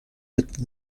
êtes